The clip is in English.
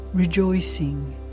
Rejoicing